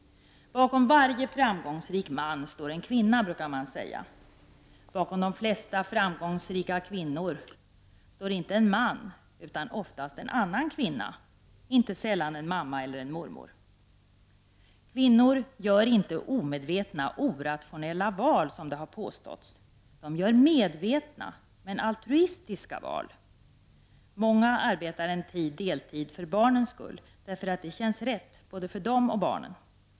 Bakom varje framgångsrik man står en kvinna, brukar man säga. Bakom de flesta framgångsrika kvinnor står sällan en man utan oftast en annan kvinna, inte sällan en mamma eller mormor. Kvinnor gör inte omedvetna, orationella val, som det har påståtts. De gör medvetna men altruistiska val. Många arbetar en tid deltid för barnens skull, därför att det känns rätt för både dem och barnen.